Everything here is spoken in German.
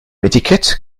etikett